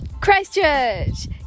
Christchurch